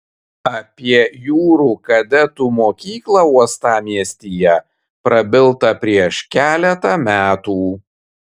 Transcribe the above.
apie jūrų kadetų mokyklą uostamiestyje prabilta prieš keletą metų